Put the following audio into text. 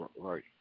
right